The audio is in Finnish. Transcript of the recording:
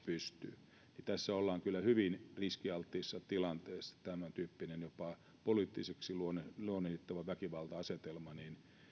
pystyy tässä ollaan kyllä hyvin riskialttiissa tilanteessa tämäntyyppisessä jopa poliittiseksi luonnehdittavassa väkivalta asetelmassa